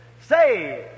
Say